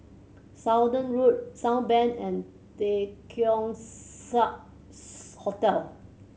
Saunders Road Southbank and The Keong Saiks Hotel